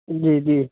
جی جی